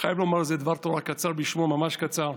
חייב להגיד איזה דבר תורה קצר בשמו, ממש קצר.